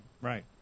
right